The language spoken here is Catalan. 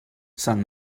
sant